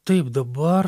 taip dabar